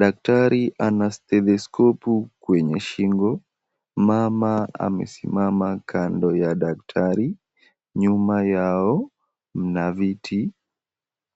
Daktari ana stethoskopu kwenye shingo. Mama amesimama kando ya daktari. Nyuma yao mna viti.